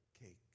cake